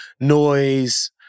noise